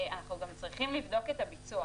אנחנו גם צריכים לבדוק את הביצוע.